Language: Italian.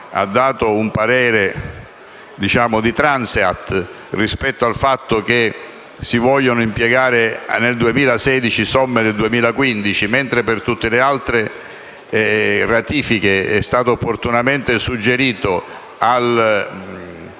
ha espresso un parere di *transeat* rispetto al fatto che si vogliono impiegare nel 2016 somme del 2015, mentre per tutte le altre ratifiche è stato opportunamente suggerito ai